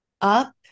up